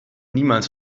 niemals